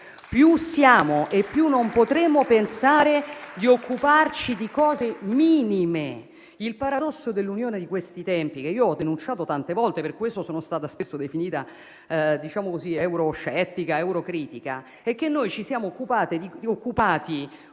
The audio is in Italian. più siamo e meno potremo pensare di occuparci di cose minime. Il paradosso dell'Unione di questi tempi, che io ho denunciato tante volte (e per questo sono stata spesso definita euroscettica ed eurocritica), è che noi ci siamo occupati, con